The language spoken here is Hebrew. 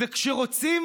וכשרוצים